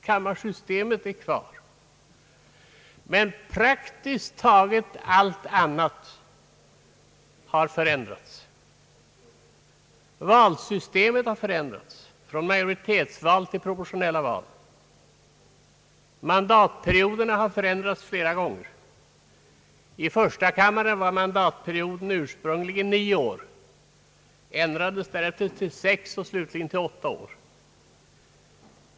Kammarsystemet är kvar, men praktiskt taget allt annat har förändrats. Valsystemet har ändrats från 'maloritetsval till proportionella val, mandatperioderna har ändrats flera gånger. I första kammaren var mandatperioden ursprungligen nio år. Den ändrades därefter till sex och slutligen till åtta år.